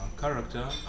Character